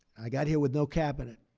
i got here with no cabinet.